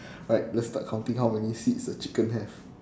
alright let's start counting how many seeds the chicken have